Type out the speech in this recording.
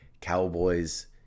Cowboys